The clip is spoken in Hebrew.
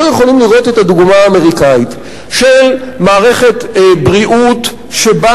אנחנו יכולים לראות את הדוגמה האמריקנית של מערכת בריאות שבה